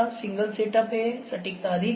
single setup है सटीकता अधिक है